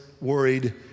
worried